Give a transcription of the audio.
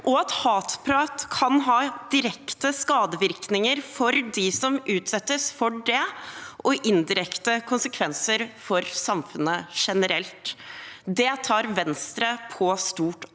at hatprat kan ha direkte skadevirkninger for dem som utsettes for det, og indirekte konsekvenser for samfunnet generelt. Det tar Venstre på stort